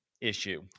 issue